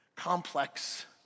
complex